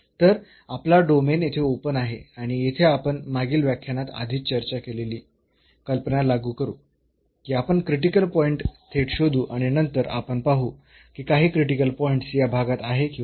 तर आपला डोमेन येथे ओपन आहे आणि येथे आपण मागील व्याख्यानात आधीच चर्चा केलेली कल्पना लागू करू की आपण क्रिटिकल पॉईंट थेट शोधू आणि नंतर आपण पाहू की काही क्रिटिकल पॉईंट्स या भागात आहे किंवा नाही